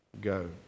go